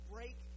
Break